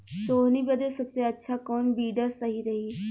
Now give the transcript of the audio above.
सोहनी बदे सबसे अच्छा कौन वीडर सही रही?